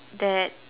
that